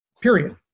period